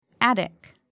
Attic